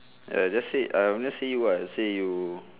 ya just say um just say what say you